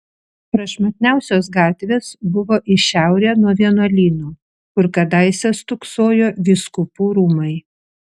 prašmatniausios gatvės buvo į šiaurę nuo vienuolyno kur kadaise stūksojo vyskupų rūmai